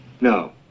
no